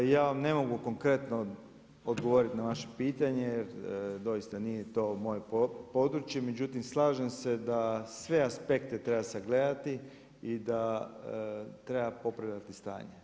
Ja vam ne mogu konkretno odgovoriti na vaše pitanje jer doista nije to moje područje, međutim slažem se da sve aspekte treba sagledati i da treba popravljati stanje.